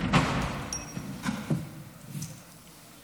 חבריי חברי הכנסת,